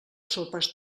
sopes